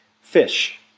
fish